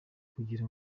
kugira